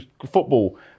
football